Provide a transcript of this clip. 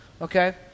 Okay